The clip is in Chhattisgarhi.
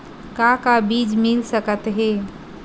का का बीज मिल सकत हे?